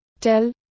Tell